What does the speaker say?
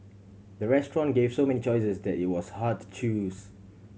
the restaurant gave so many choices that it was hard to choose